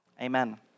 Amen